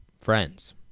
Friends